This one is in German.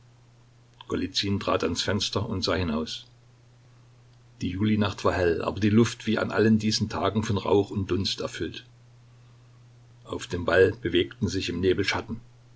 trat ans fenster und sah hinaus die julinacht war hell aber die luft wie an allen diesen tagen von rauch und dunst erfüllt auf dem wall bewegten sich im nebel